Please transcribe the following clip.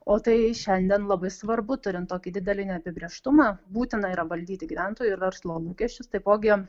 o tai šiandien labai svarbu turint tokį didelį neapibrėžtumą būtina yra valdyti gyventojų ir verslo lūkesčius taipogi